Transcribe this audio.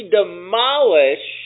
demolish